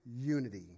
unity